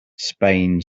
spain